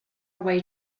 away